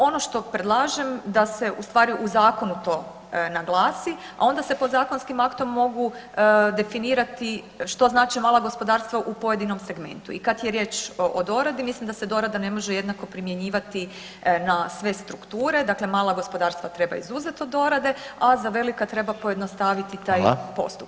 Ono što predlažem da se u stvari u zakonu to naglasi, a onda se podzakonskim aktom mogu definirati što znače mala gospodarstva u pojedinom segmentu i kad je riječ o doradi, mislim da se dorada ne može jednako primjenjivati na sve strukture, dakle mala gospodarstva treba izuzet od dorade, a za velika treba pojednostaviti taj postupak.